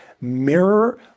mirror